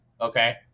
okay